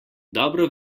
dobro